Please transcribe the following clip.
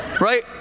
Right